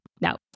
no